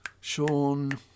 Sean